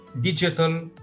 digital